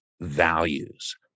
values